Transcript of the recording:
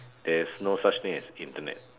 there is no such thing as internet